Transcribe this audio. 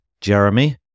Jeremy